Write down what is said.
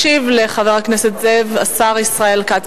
ישיב לחבר הכנסת זאב השר ישראל כץ.